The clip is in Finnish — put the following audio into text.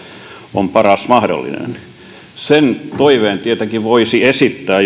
on paras mahdollinen sen toiveen tietenkin voisi esittää